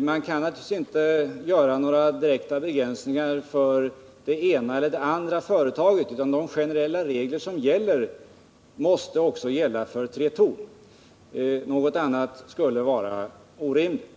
Man kan då naturligtvis inte göra några direkta begränsningar för det ena eller det andra enskilda företaget, utan de generella regler som gäller måste också gälla för Tretorn. Något annat skulle vara orimligt.